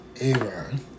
Aaron